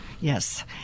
Yes